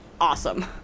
awesome